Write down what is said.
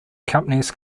companies